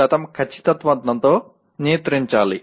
05 ఖచ్చితత్వంతో నియంత్రించాలి